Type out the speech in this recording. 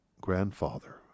grandfather